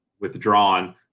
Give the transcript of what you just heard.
withdrawn